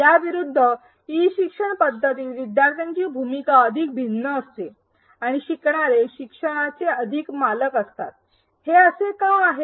या विरुद्ध ई शिक्षण पध्दतीत विद्यार्थ्यांची भूमिका अधिक भिन्न असते आणि शिकणारे शिक्षणाचे अधिक मालक असतात हे असे का आहे